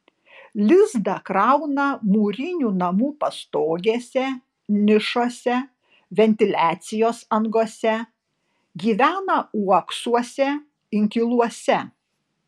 lizdą krauna mūrinių namų pastogėse nišose ventiliacijos angose gyvena uoksuose inkiluose